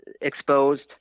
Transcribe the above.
exposed